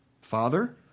Father